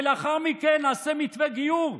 ולאחר מכן נעשה מתווה גיור.